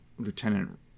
Lieutenant